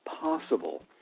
possible